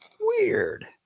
Weird